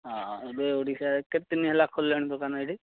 ଏବେ ଓଡ଼ିଶାରେ କେତେଦିନ ହେଲା ଖୋଲିଲଣି ଦୋକାନ ଏଠି